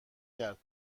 کرد